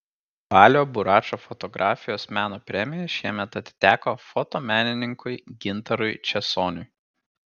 balio buračo fotografijos meno premija šiemet atiteko fotomenininkui gintarui česoniui